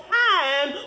time